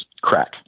crack